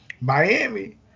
Miami